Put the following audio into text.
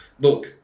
Look